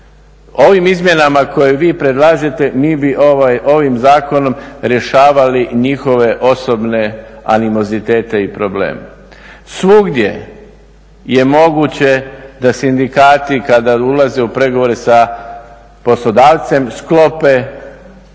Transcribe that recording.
Ovim izmjenama koje vi predlažete mi bi ovim zakonom rješavali njihove osobne … i probleme. Svugdje je moguće da sindikati kada ulaze u pregovore sa poslodavce sklope